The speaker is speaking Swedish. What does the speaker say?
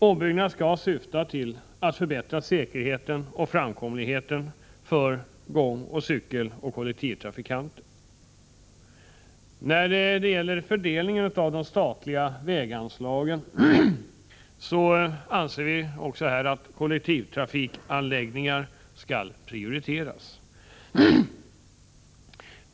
Ombyggnaderna skall syfta till att förbättra säkerheten och framkomligheten för gång-, cykeloch kollektivtrafikanter. Även när det gäller fördelning av de statliga väganslagen anser vi att kollektivtrafikanläggningar skall prioriteras.